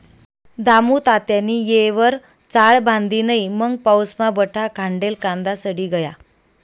दामुतात्यानी येयवर चाळ बांधी नै मंग पाऊसमा बठा खांडेल कांदा सडी गया